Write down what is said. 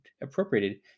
appropriated